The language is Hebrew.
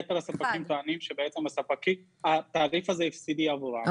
יתר הספקים טוענים שבעצם התעריף הזה הפסדי עבורם.